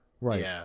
right